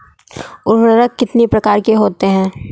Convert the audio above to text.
उर्वरक कितनी प्रकार के होते हैं?